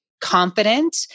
confident